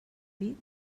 dit